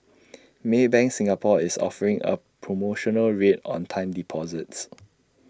maybank Singapore is offering A promotional rate on time deposits